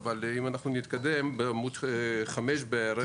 בעמוד 5 בערך.